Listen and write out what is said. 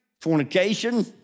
fornication